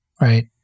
right